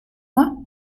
moi